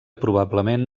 probablement